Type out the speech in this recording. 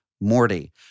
Morty